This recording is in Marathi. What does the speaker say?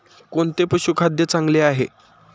कोणते पशुखाद्य चांगले आहे?